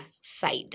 side